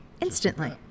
instantly